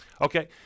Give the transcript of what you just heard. Okay